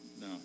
no